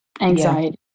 anxiety